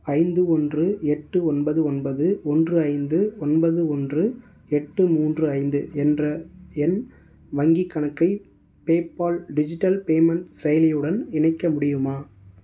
ஐந்து ஒன்று எட்டு ஒன்பது ஒன்பது ஒன்று ஐந்து ஒன்பது ஒன்று எட்டு மூன்று ஐந்து என்ற என் வங்கிக் கணக்கை பேபால் டிஜிட்டல் பேமெண்ட் செயலியுடன் இணைக்க முடியுமா